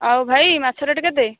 ଆଉ ଭାଇ ମାଛ ରେଟ୍ କେତେ